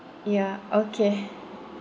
ya okay